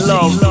Love